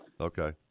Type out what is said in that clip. Okay